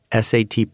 SAT